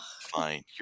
fine